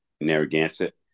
Narragansett